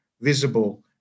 visible